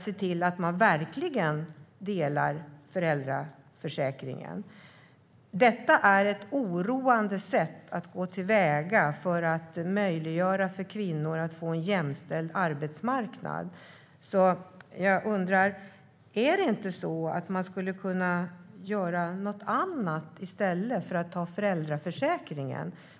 Då delas verkligen föräldraförsäkringen. Detta är ett oroande sätt att gå till väga för att få kvinnor att delta på en jämställd arbetsmarknad. Går det inte att göra något annat än att använda föräldraförsäkringen?